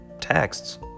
texts